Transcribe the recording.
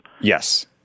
Yes